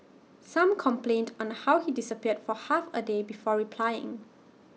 some complained on how he disappeared for half A day before replying